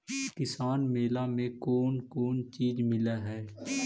किसान मेला मे कोन कोन चिज मिलै है?